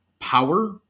power